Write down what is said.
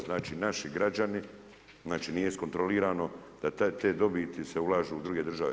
Znači naši građani, nije iskontrolirano da te dobiti se ulaže u druge države.